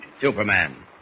Superman